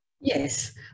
Yes